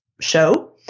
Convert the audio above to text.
show